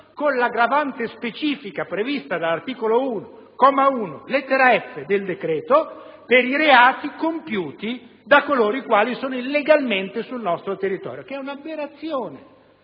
con l'aggravante specifica prevista dall'articolo 1, comma 1, lettera *f)* del decreto-legge, per i reati compiuti da coloro i quali sono illegalmente sul nostro territorio, che a quel reato